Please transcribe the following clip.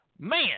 Man